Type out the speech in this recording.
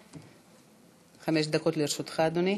חמש דקות לרשותך, אדוני.